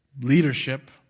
leadership